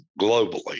globally